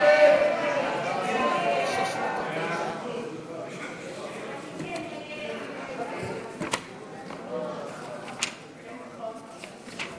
ההסתייגויות